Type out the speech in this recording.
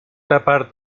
tapar